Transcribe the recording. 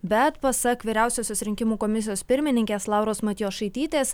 bet pasak vyriausiosios rinkimų komisijos pirmininkės lauros matjošaitytės